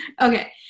Okay